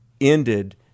ended